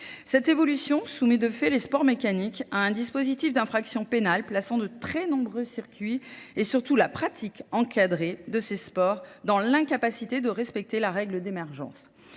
Cette évolution soumet de fait les sports mécaniques à un dispositif d'infraction pénale, plaçant de très nombreux circuits et surtout la pratique encadrée de ces sports dans l'incapacité de respecter la règle d'émergence.